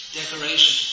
decoration